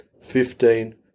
fifteen